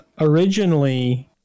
originally